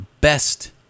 best